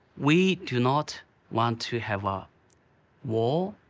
we do not want to have a war,